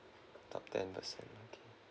top ten percent